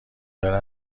داره